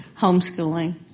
Homeschooling